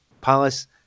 Palace